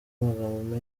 amagambo